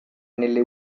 nelle